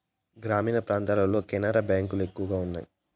గ్రామీణ ప్రాంతాల్లో కెనరా బ్యాంక్ లు ఎక్కువ ఉన్నాయి